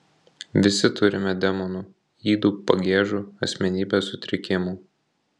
visi turime demonų ydų pagiežų asmenybės sutrikimų